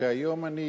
שהיום אני